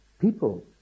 people